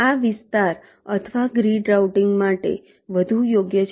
આ વિસ્તાર અથવા ગ્રીડ રાઉટીંગ માટે વધુ યોગ્ય છે